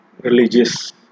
religious